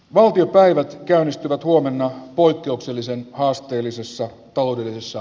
valtiopäivät käynnistyvät huomenna poikkeuksellisen haasteellisessa talviyössä